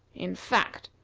in fact,